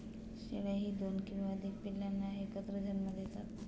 शेळ्याही दोन किंवा अधिक पिल्लांना एकत्र जन्म देतात